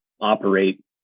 operate